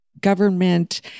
government